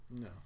No